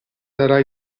darà